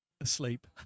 asleep